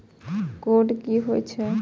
Code की होय छै?